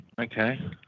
Okay